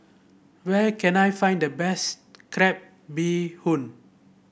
where can I find the best Crab Bee Hoon